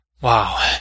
Wow